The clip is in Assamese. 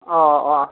অঁ অঁ